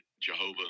Jehovah